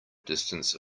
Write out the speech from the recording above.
distance